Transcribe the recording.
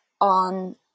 on